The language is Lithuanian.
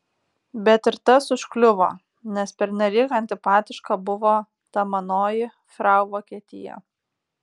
bet ir tas užkliuvo nes pernelyg antipatiška buvo ta manoji frau vokietija